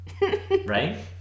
Right